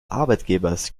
arbeitgebers